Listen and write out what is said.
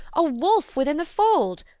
a wolf within the fold!